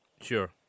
Sure